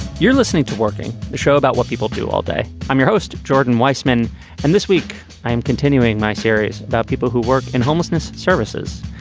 you're listening to working the show about what people do all day. i'm your host. jordan weisman and this week i am continuing my series about people who work in homelessness services.